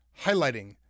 highlighting